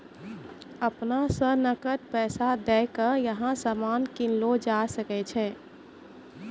अपना स नकद पैसा दै क यहां सामान कीनलो जा सकय छै